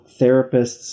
therapists